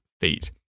feet